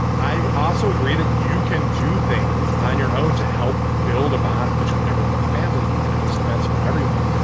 i also agree that you can do things on your own to help build a bond between everyone in the family. you can host events for everyone.